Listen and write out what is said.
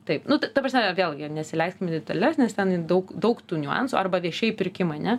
taip nu ta prasme vėlgi nesileiskim į detales nes ten daug daug tų niuansų arba viešieji pirkimai ne